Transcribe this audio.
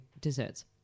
desserts